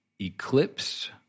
Eclipse